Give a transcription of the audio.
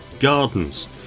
gardens